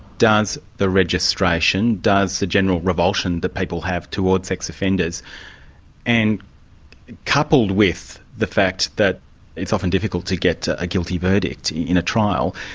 does the registration, does the general revulsion that people have towards sex-offenders and coupled with the fact that it's often difficult to get a guilty verdict in a trial,